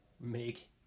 make